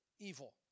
evil